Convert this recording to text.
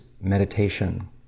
meditation